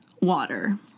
water